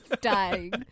dying